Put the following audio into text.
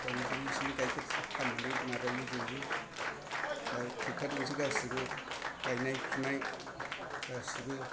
दा बेखौनो बिसोरनि गायखेर फाननानै माबायो जों दा ट्रेक्टर जोंसो गासिबो गायनाय फुनाय गासिबो